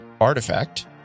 artifact